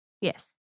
Yes